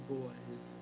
boys